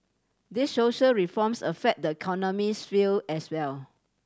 these social reforms affect the economics feel as well